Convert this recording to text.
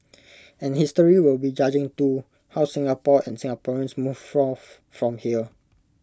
and history will be judging too how Singapore and Singaporeans move forth from here